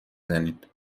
زنید